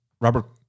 Robert